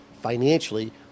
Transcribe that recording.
financially